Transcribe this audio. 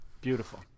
Beautiful